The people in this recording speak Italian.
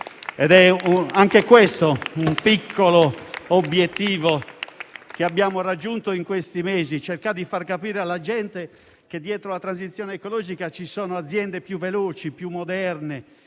Anche questo è un piccolo obiettivo che abbiamo raggiunto negli ultimi mesi: cercare di far capire alla gente che dietro alla transizione ecologica ci sono aziende più veloci e più moderne,